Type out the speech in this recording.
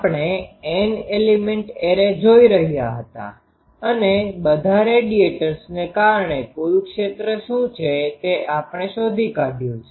આપણે N element array જોઈ રહ્યા હતા અને બધા રેડિએટર્સને કારણે કુલ ક્ષેત્ર શું છે તે આપણે શોધી કાઢયું છે